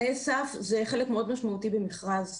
תנאי סף זה חלק מאוד משמעותי במכרז,